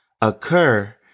occur